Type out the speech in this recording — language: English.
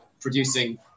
producing